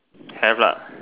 have lah